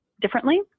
differently